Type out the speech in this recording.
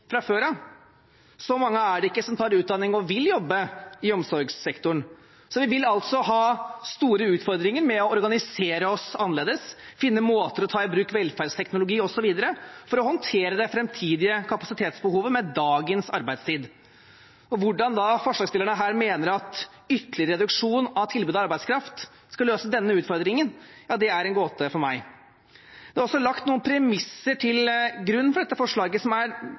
fra før av – så mange er det ikke som tar utdanning og vil jobbe i omsorgssektoren. Så vi vil altså ha store utfordringer med å organisere oss annerledes, finne måter å ta i bruk velferdsteknologi på osv. for å håndtere det framtidige kapasitetsbehovet, med dagens arbeidstid. Hvordan forslagsstilleren da mener at ytterligere reduksjon av tilbudet av arbeidskraft skal løse denne utfordringen, er en gåte for meg. Det er også lagt noen premisser til grunn for dette forslaget som er